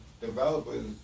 developers